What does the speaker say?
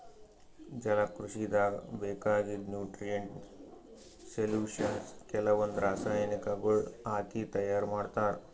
ಜಲಕೃಷಿದಾಗ್ ಬೇಕಾಗಿದ್ದ್ nutrient solution ಕೆಲವಂದ್ ರಾಸಾಯನಿಕಗೊಳ್ ಹಾಕಿ ತೈಯಾರ್ ಮಾಡ್ತರ್